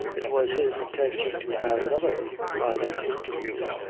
it was his intention to have another private interview.